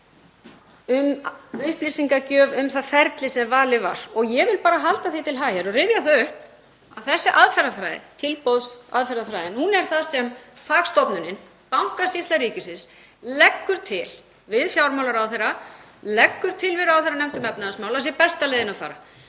um upplýsingagjöf um það ferli sem valið var. Ég vil bara halda því til haga og rifja upp að þessi aðferðafræði, tilboðsaðferðafræðin, er það sem fagstofnunin, Bankasýsla ríkisins, leggur til við fjármálaráðherra, leggur til við ráðherranefnd um efnahagsmál að sé besta leiðin að fara.